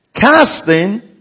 Casting